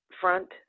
front